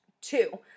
Two